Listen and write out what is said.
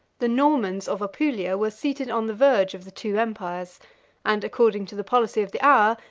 the normans of apulia were seated on the verge of the two empires and, according to the policy of the hour,